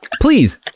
Please